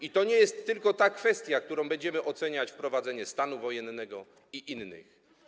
I to nie jest tylko ta kwestia, którą będziemy oceniać: wprowadzenie stanu wojennego i innych.